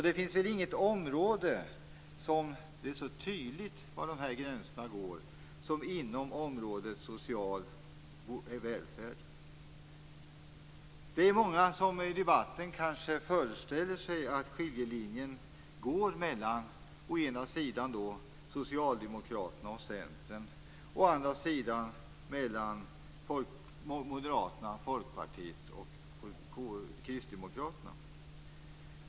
Det finns väl inget område där det är så tydligt var gränserna går som inom området social välfärd. Det är många som i debatten kanske föreställer sig att skiljelinjen går mellan å ena sidan Socialdemokraterna och Centern och å andra sidan Moderaterna, Folkpartiet och Kristdemokraterna.